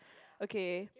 okay